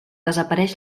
desapareix